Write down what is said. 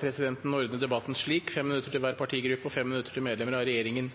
presidenten ordne debatten slik: 5 minutter til hver partigruppe og 5 minutter til medlemmer av regjeringen.